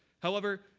however,